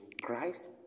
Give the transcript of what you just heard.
Christ